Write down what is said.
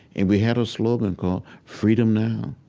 and we had a slogan called freedom now.